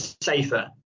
safer